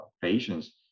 patients